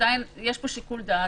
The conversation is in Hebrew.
עדיין יש פה שיוקל דעת,